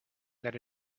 that